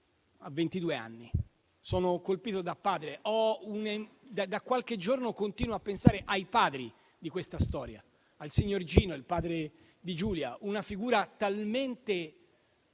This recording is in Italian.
Sono colpito, da padre. Da qualche giorno continuo a pensare ai padri di questa storia, al signor Gino, il padre di Giulia: una figura talmente